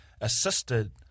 assisted